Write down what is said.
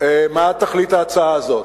מה תכלית ההצעה הזאת.